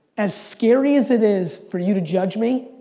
as scary as it is, for you to judge me?